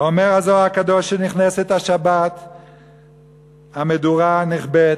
אומר הזוהר הקדוש: כשנכנסת השבת המדורה נכבית,